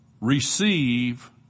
receive